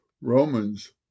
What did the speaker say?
Romans